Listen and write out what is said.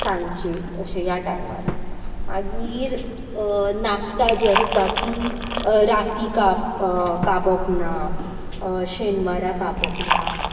सांचे अशे ह्या टायमार मागीर नाकटां जीं आसता तीं राती काप कापप ना शेनवारा कापप ना